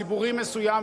ציבורי מסוים,